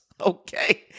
Okay